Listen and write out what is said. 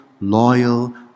loyal